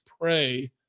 pray